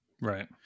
Right